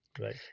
Right